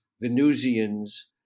Venusians